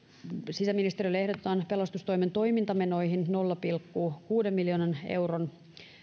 sisäministeriölle ehdotetaan pelastustoimen toimintamenoihin nolla pilkku kuuden miljoonan euron